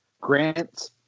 Grant's